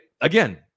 again